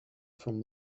from